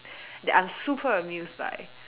that I'm super amused by